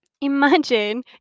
imagine